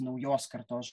naujos kartos